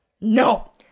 no